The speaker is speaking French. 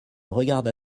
regarda